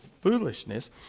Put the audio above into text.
foolishness